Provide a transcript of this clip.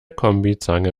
kombizange